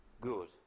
good